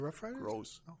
gross